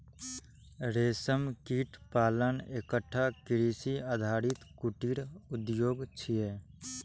रेशम कीट पालन एकटा कृषि आधारित कुटीर उद्योग छियै